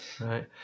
Right